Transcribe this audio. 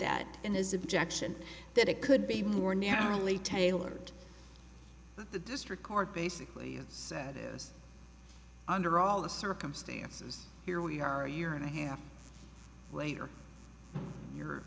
that in his objection that it could be more narrowly tailored the district court basically said is under all the circumstances here we are a year and a half later you're